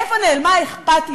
איפה נעלמה האכפתיות?